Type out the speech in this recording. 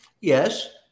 Yes